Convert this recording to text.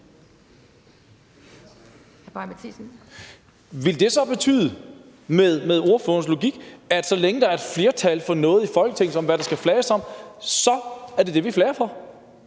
Vil det så med ordførerens logik betyde, at så længe der er et flertal for noget i Folketinget, med hensyn til hvad der skal flages om, så er det det, vi flager for?